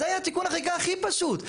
זה היה תיקון החקיקה הכי פשוט.